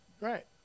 Right